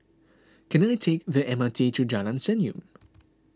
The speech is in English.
can I take the M R T to Jalan Senyum